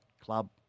club